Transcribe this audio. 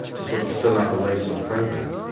to sort of fill up a racing program.